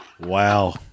Wow